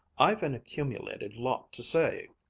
i've an accumulated lot to say!